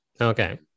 Okay